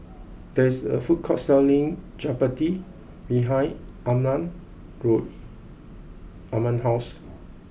there is a food court selling Chapati behind Arman grow Arman house